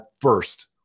first